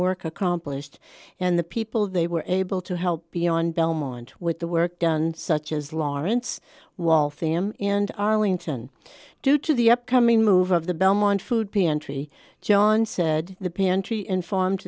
work accomplished and the people they were able to help beyond belmont with the work done such as lawrence wall fam and arlington due to the upcoming move of the belmont food pantry john said the pantry informed